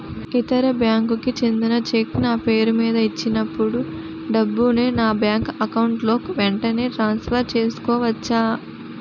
ఇతర బ్యాంక్ కి చెందిన చెక్ నా పేరుమీద ఇచ్చినప్పుడు డబ్బుని నా బ్యాంక్ అకౌంట్ లోక్ వెంటనే ట్రాన్సఫర్ చేసుకోవచ్చా?